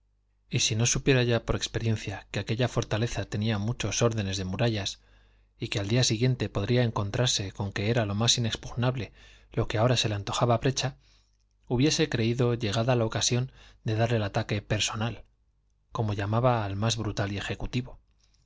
y si no supiera ya por experiencia que aquella fortaleza tenía muchos órdenes de murallas y que al día siguiente podría encontrarse con que era lo más inexpugnable lo que ahora se le antojaba brecha hubiese creído llegada la ocasión de dar el ataque personal como llamaba al más brutal y ejecutivo